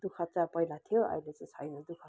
दुःख चाहिँ पहिला थियो अहिले चाहिँ छैन दुःख